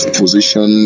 position